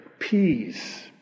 Peace